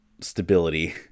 stability